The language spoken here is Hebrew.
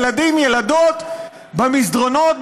ילדים וילדות במסדרונות,